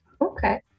okay